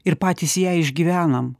ir patys ją išgyvenam